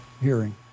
hearing